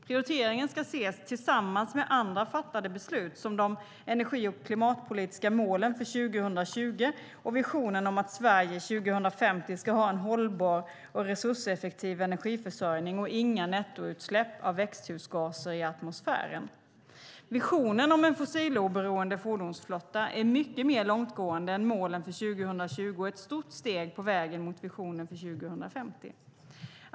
Prioriteringen ska ses tillsammans med andra fattade beslut, som de energi och klimatpolitiska målen för 2020 och visionen om att Sverige 2050 ska ha en hållbar och resurseffektiv energiförsörjning och inga nettoutsläpp av växthusgaser i atmosfären. Visionen om en fossiloberoende fordonsflotta är mycket mer långtgående än målen för 2020 och ett stort steg på vägen mot visionen för 2050.